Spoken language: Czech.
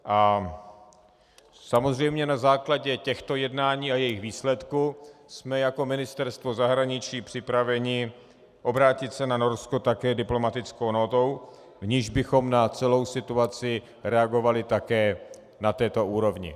A samozřejmě na základě těchto jednání a jejich výsledku jsme jako Ministerstvo zahraničí připraveni obrátit se na Norsko také diplomatickou nótou, v níž bychom na celou situaci reagovali také na této úrovni.